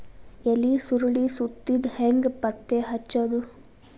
ಎಲಿ ಸುರಳಿ ಸುತ್ತಿದ್ ಹೆಂಗ್ ಪತ್ತೆ ಹಚ್ಚದ?